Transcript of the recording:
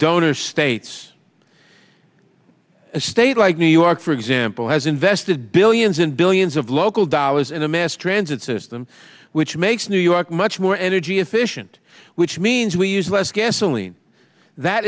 donor states a state like new york for example has invested billions and billions of local dollars in a mass transit system which makes new york much more energy efficient which means we use less gasoline that